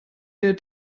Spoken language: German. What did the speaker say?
der